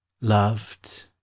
loved